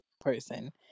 person